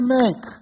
make